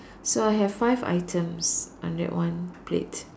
so I have five items on that one plate